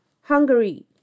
Hungary